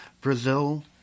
Brazil